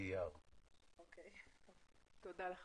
באישור ועדת המדע